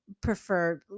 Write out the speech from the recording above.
prefer